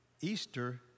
Easter